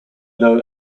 low